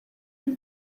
ibi